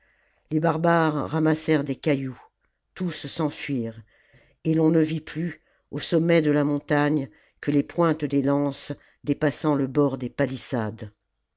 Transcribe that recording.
les barbares ramassèrent des cailloux tous s'enfuirent et l'on ne vit plus au sommet de la montagne que les pointes des lances dépassant le bord des palissades